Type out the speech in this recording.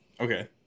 Okay